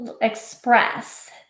express